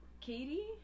Katie